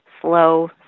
slow